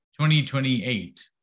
2028